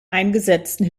eingesetzten